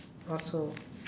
also